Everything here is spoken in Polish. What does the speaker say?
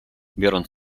biorąc